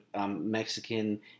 Mexican